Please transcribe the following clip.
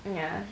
ya